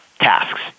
tasks